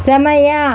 ಸಮಯ